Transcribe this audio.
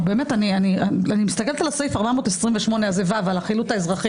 אין תיקים של חילוט אזרחי